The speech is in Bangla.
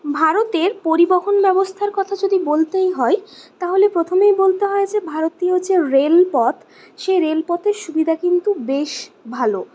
ভারতের পরিবহণ ব্যবস্থার কথা যদি বলতেই হয় তাহলে প্রথমেই বলতে হয় যে ভারতীয় যে রেলপথ সেই রেলপথের সুবিধা কিন্তু বেশ ভালো